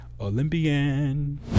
Olympian